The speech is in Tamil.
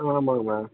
ஆமாங்கமா